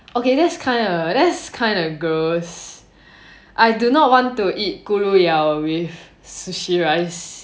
okay that's kind err that's kind err gross I do not want to eat 咕噜肉 with sushi rice